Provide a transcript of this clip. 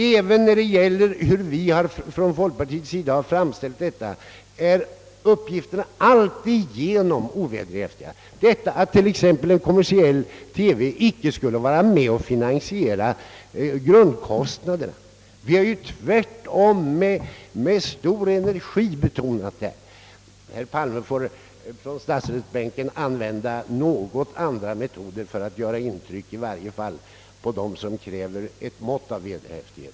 Även uppgifterna om vad folkpartiets framställning innebär är alltigenom ovederhäftiga; man påstår t.ex. att enligt denna en kommersiell TV icke skulle vara med om att finansiera grundkostnaden. Vi har tvärtom med stor energi betonat just detta. Herr Palme får använda något andra metoder för att göra intryck från statsrådsbänken, i varje fall på dem som kräver ett minimalt mått av vederhäftighet.